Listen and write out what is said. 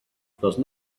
because